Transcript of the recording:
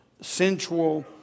sensual